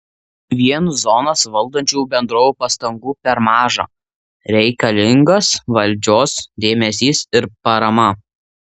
vien zonas valdančių bendrovių pastangų per maža reikalingas valdžios dėmesys ir parama